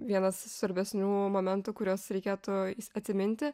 vienas svarbesnių momentų kuriuos reikėtų atsiminti